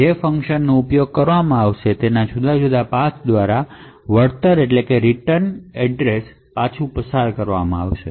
તે ફંકશનનો ઉપયોગ કરવામાં આવશે અને જુદા પાથ દ્વારા રિટર્ન હાલના ફંક્શન માં પાછું આપવામાં આવશે